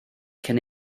cyn